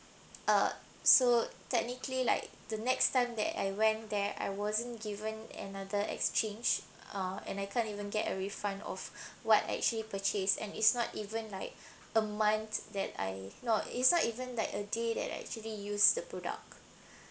uh so technically like the next time that I went there I wasn't given another exchange uh and I can't even get a refund of what actually purchase and it's not even like a month that I no it's not even like a day that I actually use the product